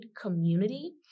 community